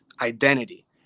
identity